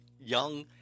young